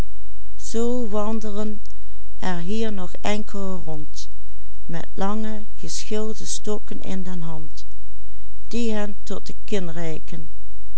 met lange geschilde stokken in de hand die hen tot de